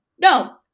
no